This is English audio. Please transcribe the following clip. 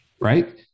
right